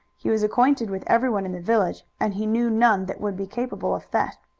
he was acquainted with everyone in the village, and he knew none that would be capable of theft.